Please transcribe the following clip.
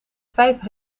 vijf